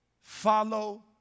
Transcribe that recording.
Follow